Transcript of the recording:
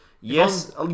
yes